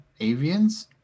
Avians